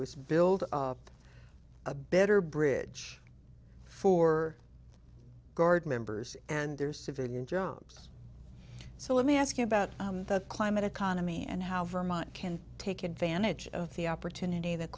is build a better bridge for guard members and their civilian jobs so let me ask you about the climate economy and how vermont can take advantage of the opportunity that